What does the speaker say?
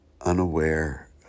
unaware